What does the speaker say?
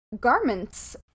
garments